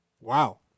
Wow